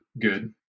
good